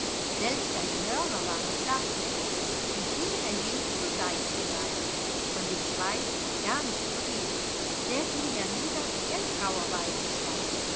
selbst seine hörner waren schlaff geworden und hingen ein wenig zur seite geneigt von dem schweif gar nicht zu reden der hing hernieder wie ein